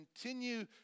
continue